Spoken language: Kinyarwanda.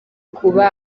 kuba